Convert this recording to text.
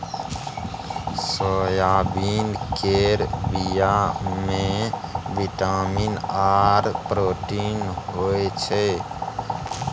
soybean केर बीया मे बिटामिन आर प्रोटीन होई छै